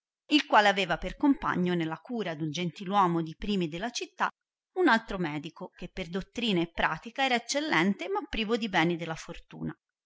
il quale aveva per compagno nella cura d un gentil uomo di primi della città un altro medico che per dottrina e pratica era eccellente ma privo di ì eni della fortuna